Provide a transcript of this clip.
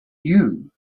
you